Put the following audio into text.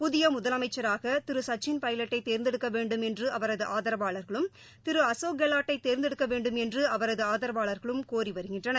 புதியமுதலமைச்சராகதிருசச்சின் பைலட்டைதேர்ந்தெடுக்கவேண்டும் என்றுஅவரதுஆதரவாளர்களும் திருஅசோக் கெலாட்டைதேர்ந்தெடுக்கவேண்டும் என்றுஅவரதுஆதரவாளர்களும் கோரிவருகின்றனர்